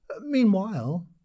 meanwhile